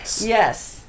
Yes